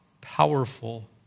powerful